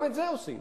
גם את זה עושים